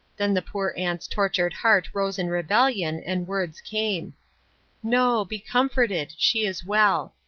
then the poor aunt's tortured heart rose in rebellion, and words came no be comforted she is well.